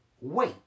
Wait